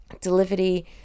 delivery